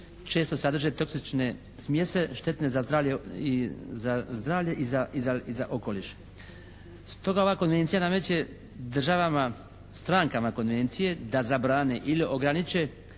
često sadrže toksične smjese štetne za zdravlje i za okoliš. Stoga ovako … /Ne razumije se./ … državama, strankama konvencije da zabrane ili ograniče